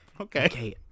Okay